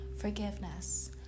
forgiveness